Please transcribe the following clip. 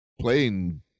playing